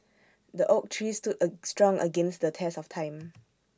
the oak tree stood A strong against the test of time